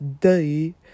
day